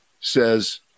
says